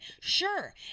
Sure